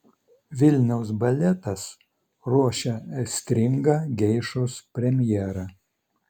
vilniaus baletas ruošia aistringą geišos premjerą